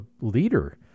leader